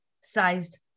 sized